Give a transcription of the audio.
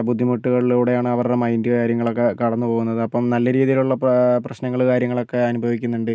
ബുദ്ധിമുട്ടുകളിലൂടെയാണ് അവരുടെ മൈൻഡ് കാര്യങ്ങൾ ഒക്കെ കടന്ന് പോകുന്നത് അപ്പം നല്ല രീതിയിലുള്ള പ പ്രശ്നങ്ങള് കാര്യങ്ങളൊക്കെ അനുഭവിക്കുന്നുണ്ട്